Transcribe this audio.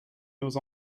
nos